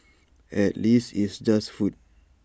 at least it's just food